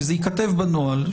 שזה ייכתב בנוהל,